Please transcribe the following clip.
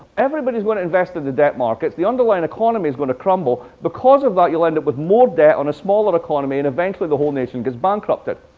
everybody's going to invest in the debt markets, the underlying economy is going to crumble. because of that you'll end up with more debt on a smaller economy, and eventually the whole nation gets bankrupted.